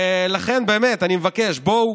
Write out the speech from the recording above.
ולכן, באמת, אני מבקש: בואו